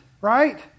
right